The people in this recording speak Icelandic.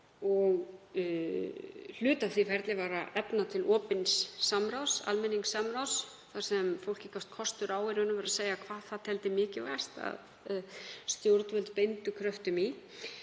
Hluti af því ferli var að efna til opins samráðs, almenningsamráðs, þar sem fólki gafst kostur á að segja hvað það teldi mikilvægast að stjórnvöld beindu kröftum í.